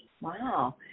Wow